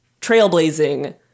trailblazing